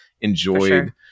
enjoyed